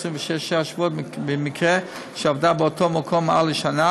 26 שבועות במקרה שעבדה באותו מקום מעל לשנה,